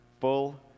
full